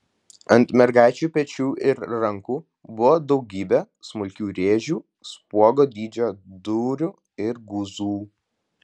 ant mergaičių pečių ir rankų buvo daugybė smulkių rėžių spuogo dydžio dūrių ir guzų